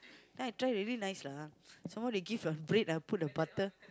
then I try already nice lah some more they give the bread ah put the butter